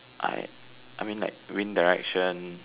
I I mean like wind direction